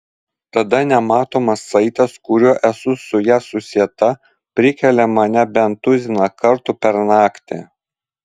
tada nematomas saitas kuriuo esu su ja susieta prikelia mane bent tuziną kartų per naktį